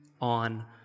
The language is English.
on